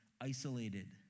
isolated